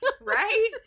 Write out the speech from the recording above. Right